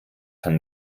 kann